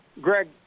Greg